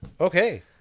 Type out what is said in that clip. Okay